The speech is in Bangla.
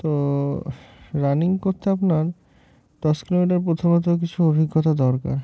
তো রানিং করতে আপনার দশ কিলোমিটার প্রথমত কিছু অভিজ্ঞতা দরকার